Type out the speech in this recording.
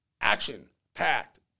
Action-packed